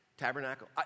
tabernacle